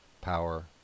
power